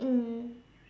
mm